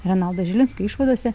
renaldo žilinsko išvadose